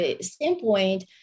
standpoint